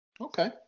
Okay